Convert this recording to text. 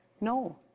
No